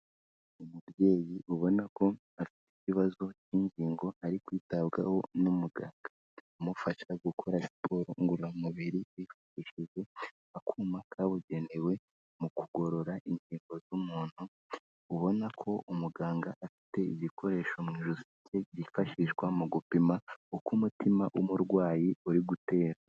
Umubyeyi ubona ko afite ikibazo cy'ingingo ari kwitabwaho n'umuganga, umufasha gukora siporo ngororamubiri hifashishije akuma kabugenewe mu kugorora ingingo z'umuntu, ubona ko umuganga afite ibikoresho mu ijosi rye cyifashishwa mu gupima uko umutima w'umurwayi uri gutera.